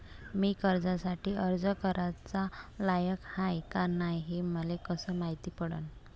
मी कर्जासाठी अर्ज कराचा लायक हाय का नाय हे मले कसं मायती पडन?